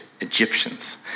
Egyptians